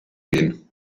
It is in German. gehen